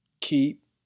keep